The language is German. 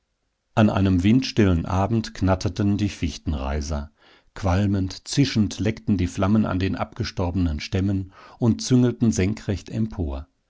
an einem windstillen abend knatterten die fichtenreiser qualmend zischend leckten die flammen an den abgestorbenen stämmen und züngelten senkrecht empor